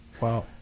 Wow